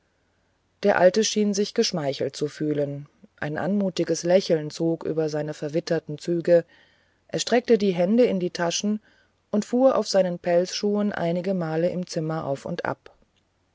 der alte schien sich geschmeichelt zu fühlen ein anmutiges lächeln zog über seine verwitterten züge er steckte die hände in die taschen und fuhr auf seinen pelzschuhen einigemal im zimmer auf und ab